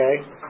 Okay